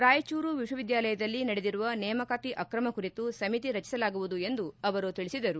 ರಾಯಚೂರು ವಿಶ್ವವಿದ್ವಾಲಯದಲ್ಲಿ ನಡೆದಿರುವ ನೇಮಕಾತಿ ಅಕ್ರಮ ಕುರಿತು ಸಮಿತಿ ರಚಿಸಲಾಗುವುದು ಎಂದು ತಿಳಿಸಿದರು